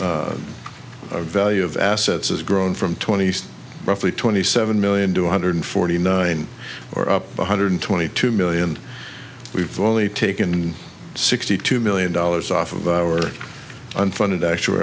value of assets has grown from twenty roughly twenty seven million two hundred forty nine or up one hundred twenty two million we've only taken sixty two million dollars off of our unfunded actual